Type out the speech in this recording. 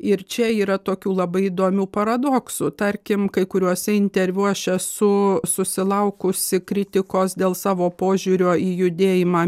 ir čia yra tokių labai įdomių paradoksų tarkim kai kuriuose interviu aš esu susilaukusi kritikos dėl savo požiūrio į judėjimą